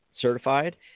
certified